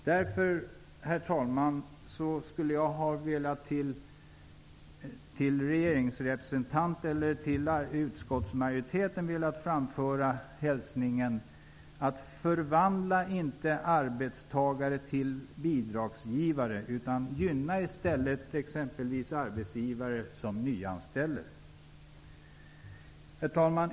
Därför, herr talman, skulle jag ha velat till regeringsrepresentant eller till utskottsmajoriteten framföra hälsningen: Förvandla inte arbetstagare till bidragstagare! Gynna i stället arbetsgivare som nyanställer! Herr talman!